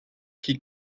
qui